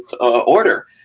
order